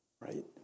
right